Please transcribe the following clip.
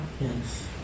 yes